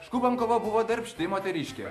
škubankova buvo darbšti moteriškė